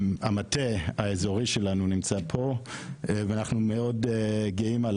המטה האזורי שלנו נמצא פה ואנחנו מאוד גאים על